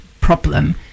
problem